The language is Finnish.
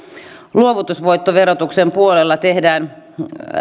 luovutusvoittoverotuksen puolella tehdään